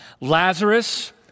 Lazarus